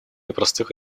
непростых